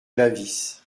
lavis